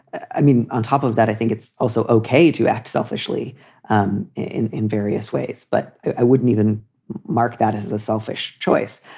i mean, on top of that, i think it's also okay to act selfishly um in in various ways, but i wouldn't even mark that as a selfish choice.